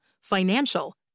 financial